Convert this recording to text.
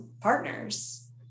partners